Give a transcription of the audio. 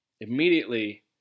immediately